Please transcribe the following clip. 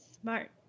smart